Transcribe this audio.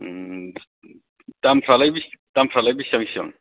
उम दामफ्रालाय दामफ्रालाय बिसिबां बिसिबां